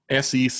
SEC